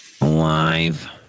Alive